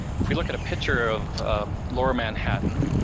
if we look at a picture of lower manhattan,